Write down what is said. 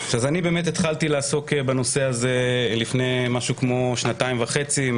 אני התחלתי לעסוק בנושא הזה לפני כשנתיים וחצי,